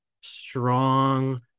strong